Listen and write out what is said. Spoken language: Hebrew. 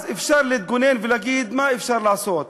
אז אפשר להתגונן ולהגיד: מה אפשר לעשות?